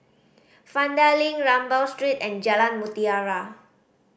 Vanda Link Rambau Street and Jalan Mutiara